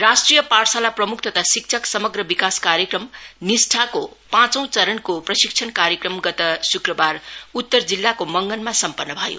राष्ट्रिय पाठशाला प्रम्ख तथा शिक्षक समग्र विकास कार्यक्रम निष्ठाको पाँचौ चरणको प्रशिक्षण कार्यक्रम गत शुक्रबार उत्तर जिल्लाको मंगनमा सम्पन्न भयो